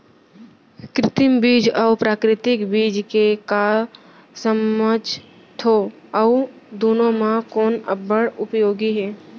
कृत्रिम बीज अऊ प्राकृतिक बीज ले का समझथो अऊ दुनो म कोन अब्बड़ उपयोगी हे?